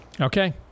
Okay